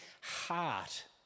heart